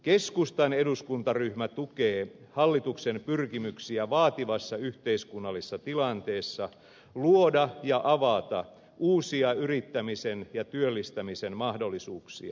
keskustan eduskuntaryhmä tukee hallituksen pyrkimyksiä vaativassa yhteiskunnallisessa tilanteessa luoda ja avata uusia yrittämisen ja työllistämisen mahdollisuuksia